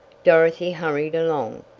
dorothy hurried along,